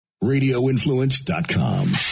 Radioinfluence.com